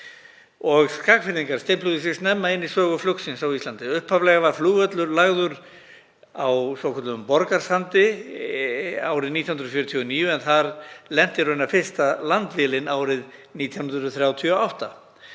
Skagfirðingar stimpluðu sig snemma inn í sögu flugsins á Íslandi. Upphaflega var flugvöllur lagður á svokölluðum Borgarsandi árið 1949 en þar lenti fyrsta landvélin árið 1938.